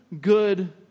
good